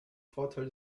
vorteil